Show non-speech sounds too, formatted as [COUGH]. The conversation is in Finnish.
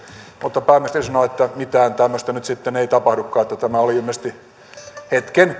mutta pääministeri sanoi että mitään tämmöistä nyt sitten ei tapahdukaan tämä oli ilmeisesti hetken [UNINTELLIGIBLE]